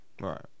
Right